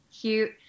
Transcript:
cute